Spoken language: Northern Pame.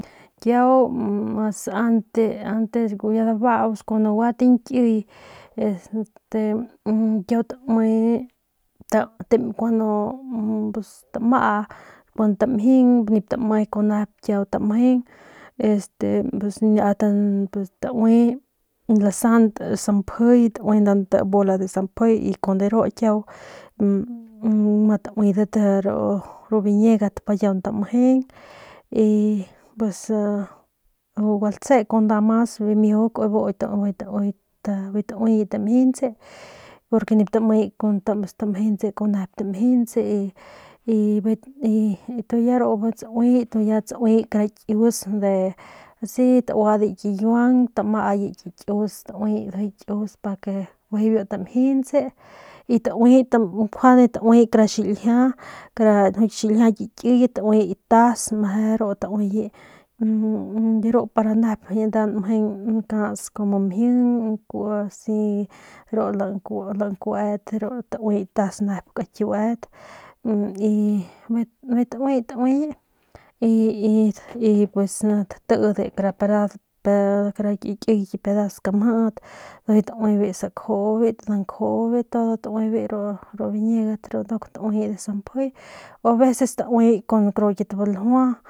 Kiau mas antes antes kun guatañkiy kiau este taui ta kuan tama kun tamjing nip tame kun nep kiau ntamjeng pues este ast taui lasant samjiy taui nda nti bola de samjiy y kun de ru kiau matauidat ru biñiegat pa kiau ntamjeng y pus a ru latse kun nda mas bimiujuk ujuy ujuy bijiy tauiyi tamjinse porque nip tameye stamjentse kun nep tamjintse y ya ru bijiy tsauye kara kius de tsauade ki kiuang tamayi ki kius tauyi kius paque de biu tamjintse y njuande tauiye kara xiljia kara ki xiljia ki kiyet ki vas meje ru tauiye der u para nep nda njeng nkats kumu mjing njkues asi u lankuet de ru tauyi tas nep kakiuet de ru y bijiy tauiye tauiye y y y pues a tatide kara ki pedazos skamjit ndujuy tauibe skjuibat danjuybet todo tauibe ru biñiegat ru nduk tauiye sampjiy o aveces tauiye kun ru kit baljua baljua.